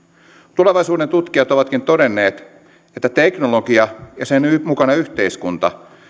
tulevaisuudentutkijat ovatkin todenneet että teknologia ja sen mukana yhteiskunta